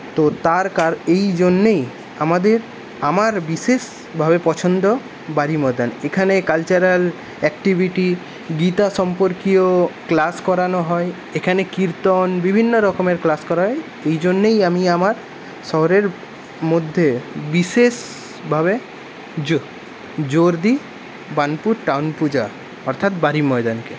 তো তার কারণ এই জন্যেই আমাদের আমার বিশেষ ভাবে পছন্দ বালীর ময়দান এখানে কালচারাল অ্যাক্টিভিটি গীতা সম্পর্কেও ক্লাস করানো হয় এখানে কীর্তন বিভিন্ন রকমের ক্লাস করায় এইজন্যেই আমি আমার শহরের মধ্যে বিশেষ ভাবে জোর দি বানপুর টাউন পূজা অর্থাৎ বালীর ময়দানকে